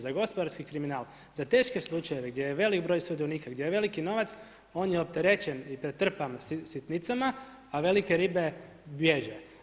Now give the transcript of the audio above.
Za gospodarski kriminal, za teške slučajeve gdje je velik broj sudionika, gdje je veliki novac, on je opterećen i pretrpan sitnicama, a velike ribe bježe.